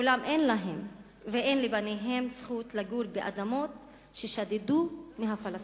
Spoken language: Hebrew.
אולם אין להם ואין לבניהם זכות לגור באדמות ששדדו מהפלסטינים.